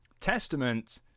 testament